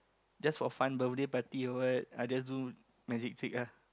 just for fun birthday party or what I just do magic trick ah